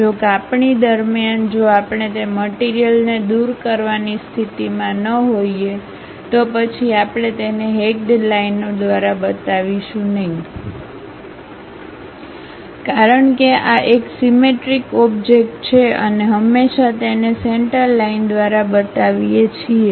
જો કાપણી દરમ્યાન જો આપણે તે મટીરીયલને દૂર કરવાની સ્થિતિમાં ન હોઇએ તો પછી આપણે તેને હેક્ડ લાઇનો દ્વારા બતાવીશું નહીં કારણ કે આ એક સિમેટ્રીક ઓબ્જેક્ટ છે અમે હંમેશા તેને સેન્ટર લાઇન દ્વારા બતાવીએ છીએ